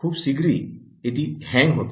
খুব শিগগিরই এটি হ্যাং হত